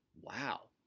wow